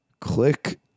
Click